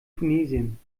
tunesien